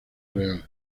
real